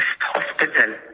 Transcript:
hospital